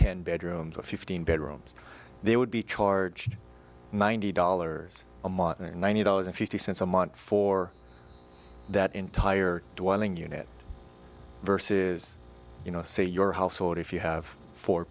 ten bedrooms but fifteen bedrooms they would be charged ninety dollars a month and ninety dollars and fifty cents a month for that entire dwelling unit versus you know say your household if you have four